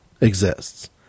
exists